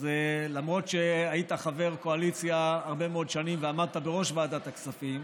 אז למרות שהיית חבר קואליציה הרבה מאוד שנים ועמדת בראש ועדת הכספים,